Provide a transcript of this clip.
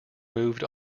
moved